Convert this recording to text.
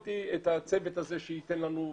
שתאשר את ההמלצה כפי שעשית עם היישוב שלי,